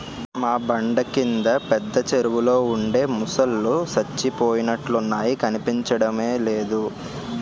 మా బండ కింద పెద్ద చెరువులో ఉండే మొసల్లు సచ్చిపోయినట్లున్నాయి కనిపించడమే లేదు